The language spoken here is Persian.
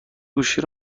گوشی